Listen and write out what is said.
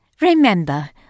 Remember